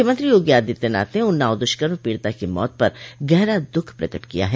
मुख्यमंत्री योगी आदित्य नाथ ने उन्नाव दुष्कर्म पीडिता की मौत पर गहरा दुःख प्रकट किया है